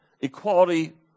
equality